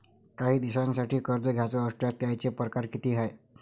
कायी दिसांसाठी कर्ज घ्याचं असल्यास त्यायचे परकार किती हाय?